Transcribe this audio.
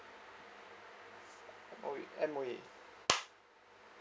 O_E M_O_E